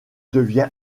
devient